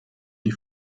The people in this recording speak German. die